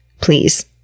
please